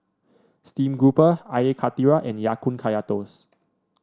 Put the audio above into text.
Steamed Grouper Air Karthira and Ya Kun Kaya Toast